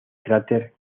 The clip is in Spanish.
cráter